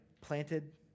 planted